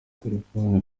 telefoni